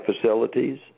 facilities